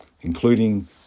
including